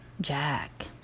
Jack